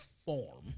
form